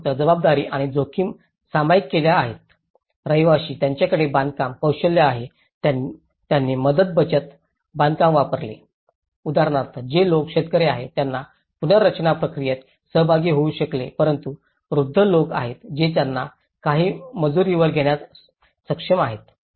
त्यांनी फक्त जबाबदारी आणि जोखीम सामायिक केल्या आहेत रहिवासी ज्यांच्याकडे बांधकाम कौशल्य आहे त्यांनी मदत बचत बांधकाम वापरले उदाहरणार्थ जे लोक शेतकरी आहेत त्यांना पुनर्रचना प्रक्रियेत सहभागी होऊ शकले परंतु वृद्ध लोक आहेत जे त्यांना काही मजुरीवर घेण्यास सक्षम आहेत